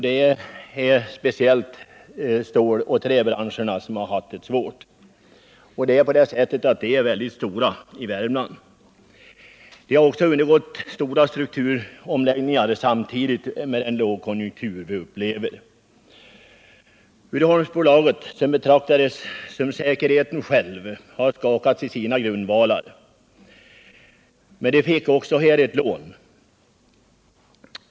Det är speciellt ståloch träbranscherna som har haft det svårt, och de är mycket stora i Värmland. De har också undergått stora strukturomläggningar samtidigt med den låga konjunkturen. Uddeholmsbolaget, som betraktades som säkerheten själv, har skakats i sina grundvalar, men fick också ett lån.